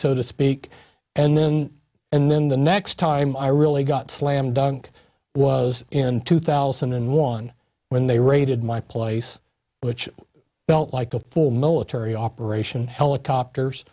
so to speak and then and then the next time i really got slam dunk was in two thousand and one when they raided my place which felt like a full military operation helicopters